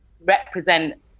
represent